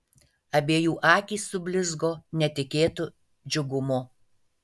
abiejų akys sublizgo netikėtu džiugumu